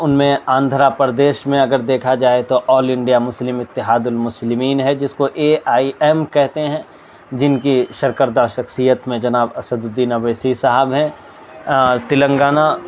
ان میں آندھرا پردیش میں اگر دیکھا جائے تو آل انڈیا مسلم اتحاد المسلمین ہے جس کو اے آئی ایم کہتے ہیں جن کی سرکردہ شخصیت میں جناب اسد الدین اویسی صاحب ہیں تلنگانہ